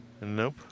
Nope